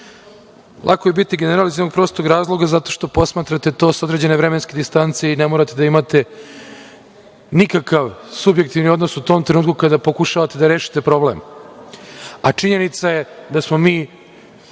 je biti general iz jednog prostog razloga zato što posmatrate to sa jedne određene vremenske distance i ne morate da imate nikakav subjektivni odnos u tom trenutku kada pokušavate da rešite problem. Činjenica je da smo se